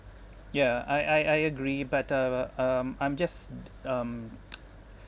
yeah I I I agree but uh um I'm just um